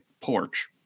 porch